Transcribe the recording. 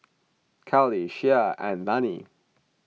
Kali Shea and Lani